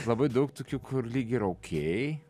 labai daug tokių kur lyg ir okei